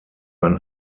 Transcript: ein